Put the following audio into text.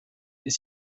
est